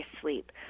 sleep